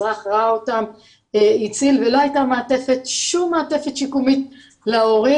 אזרח ראה אותם והציל ולא הייתה שום מעטפת שיקומית להורים.